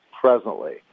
presently